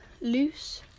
Loose